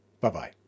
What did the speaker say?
Bye-bye